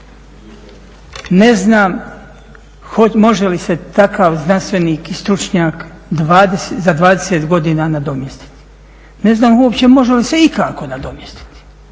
Ne znam može li se takav znanstvenik i stručnjak za 20 godina nadomjestiti. Ne znam uopće može li se ikako nadomjestiti.